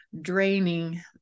draining